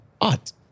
art